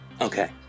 Okay